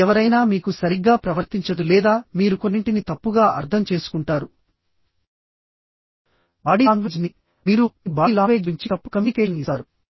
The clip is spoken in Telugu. ఇది ఎవరైనా మీకు సరిగ్గా ప్రవర్తించదు లేదా మీరు కొన్నింటిని తప్పుగా అర్థం చేసుకుంటారు బాడీ లాంగ్వేజ్ నిమీరు మీ బాడీ లాంగ్వేజ్ గురించి తప్పుడు కమ్యూనికేషన్ ఇస్తారు